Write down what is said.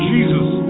Jesus